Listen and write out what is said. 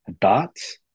dots